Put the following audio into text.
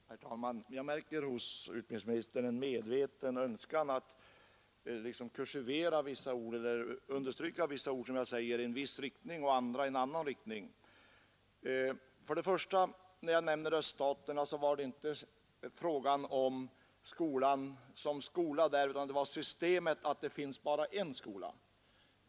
Herr talman! Jag märker hos utbildningsministern en medveten önskan att liksom tolka vissa ord som jag säger i en viss riktning och andra i en annan riktning När jag nämnde öststaterna, var det inte fråga om skolan som skola utan det gällde systemet med bara en skola.